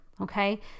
okay